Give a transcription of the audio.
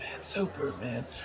Superman